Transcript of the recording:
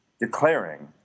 declaring